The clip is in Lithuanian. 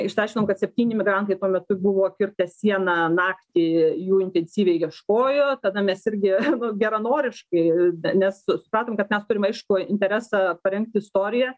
išsiaiškinom kad septyni migrantai tuo metu buvo kirtę sieną naktį jų intensyviai ieškojo tada mes irgi nu geranoriškai nes supratom kad mes turime aiškų interesą parengti istoriją